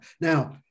Now